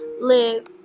live